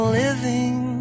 living